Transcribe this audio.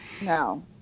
No